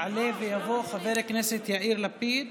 יעלה ויבוא, חבר הכנסת יאיר לפיד,